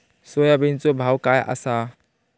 सोयाबीनचो भाव काय आसा?